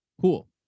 Cool